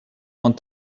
want